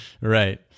right